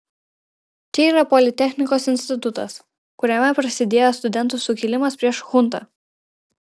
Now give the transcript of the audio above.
čia yra politechnikos institutas kuriame prasidėjo studentų sukilimas prieš chuntą